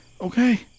Okay